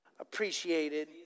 appreciated